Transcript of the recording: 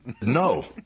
no